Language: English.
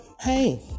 hey